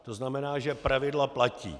To znamená, že pravidla platí.